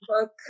book